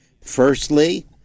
Firstly